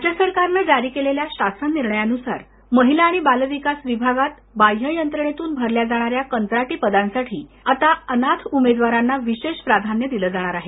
राज्य सरकारनं जारी केलेल्या शासन निर्णयानुसार महिला आणि बालविकास विभागात बाह्ययंत्रणेतून भरल्या जाणाऱ्या कंत्राटी पदांसाठी आता अनाथ उमेदवारांना विशेष प्राधान्य दिलं जाणार आहे